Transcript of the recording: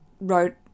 wrote